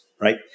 right